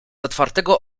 otwartego